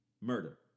Murder